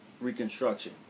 reconstruction